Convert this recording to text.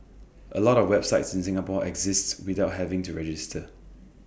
A lot of websites in Singapore exists without having to register